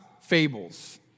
fables